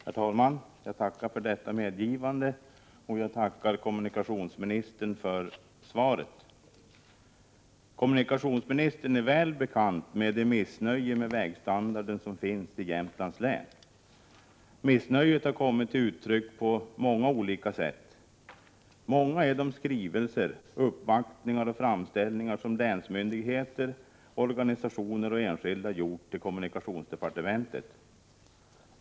Herr talman! Jag tackar för detta medgivande, och jag tackar kommunikationsministern för svaret. Kommunikationsministern är väl bekant med det missnöje med vägstandarden som finns i Jämtlands län. Missnöjet har kommit till uttryck på många olika sätt. Många är de skrivelser, uppvaktningar och framställningar som länsmyndigheter, organisationer och enskilda riktat till kommunikationsdepartementet.